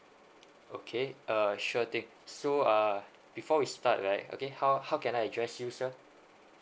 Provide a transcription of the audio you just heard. okay uh sure thing so uh before we start right okay how how can I address you sir